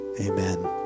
Amen